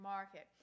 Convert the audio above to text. Market